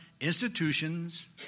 institutions